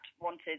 wanted